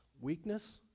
Weakness